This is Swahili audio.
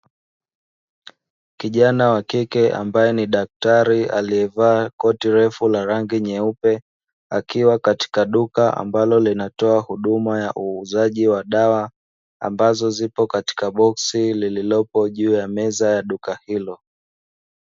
Kijana wa kike ambaye ni daktari aliyevaa koti refu la rangi nyeupe, akiwa katika duka ambalo linatoa huduma ya uuzaji wa dawa, ambazo zipo katika boksi lililopo juu ya meza ya duka hilo.